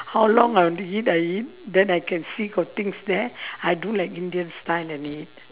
how long I have to eat I eat then I can see got things there I'll do like indian style and eat